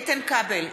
איתן כבל,